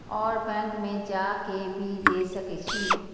और बैंक में जा के भी दे सके छी?